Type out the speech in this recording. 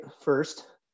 first